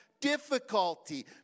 Difficulty